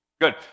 Good